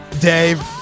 Dave